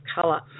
colour